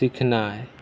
सीखनाय